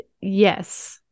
Yes